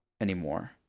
anymore